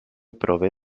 prové